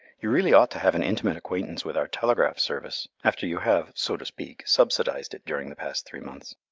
you really ought to have an intimate acquaintance with our telegraph service, after you have, so to speak, subsidized it during the past three months.